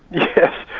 yes.